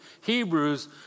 Hebrews